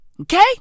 Okay